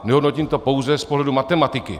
Nehodnotím to pouze z pohledu matematiky.